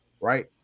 right